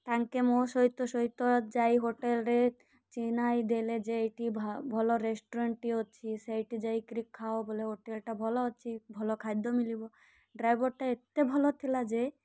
ତାଙ୍କେ ମୋ ସହିତ ସହିତ ଯାଇ ହୋଟେଲରେ ଚିହ୍ନାଇ ଦେଲେ ଯେ ଏଇଠି ଭଲ ରେଷ୍ଟୁରାଣ୍ଟଟି ଅଛି ସେଇଠି ଯାଇକରି ଖାଅ ବୋଲେ ହୋଟେଲଟା ଭଲ ଅଛି ଭଲ ଖାଦ୍ୟ ମିଳିବ ଡ୍ରାଇଭର୍ଟା ଏତେ ଭଲ ଥିଲା ଯେ